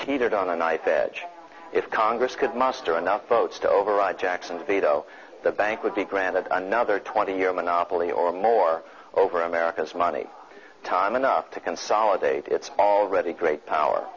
teetered on a knife edge if congress could muster enough votes to override jackson's veto the bank would be granted another twenty year monopoly or more over america's money time enough to consolidate its already great power